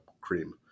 cream